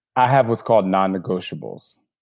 i have what's called non-negotiables.